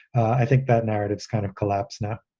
i think that narrative kind of collapse now,